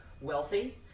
wealthy